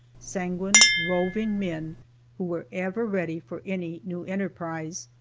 sanguine, roving men who were ever ready for any new enterprise,